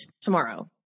tomorrow